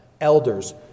elders